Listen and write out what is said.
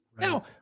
Now